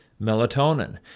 melatonin